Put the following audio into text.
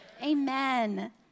Amen